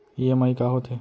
EMI का होथे?